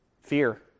Fear